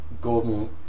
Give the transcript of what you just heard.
Gordon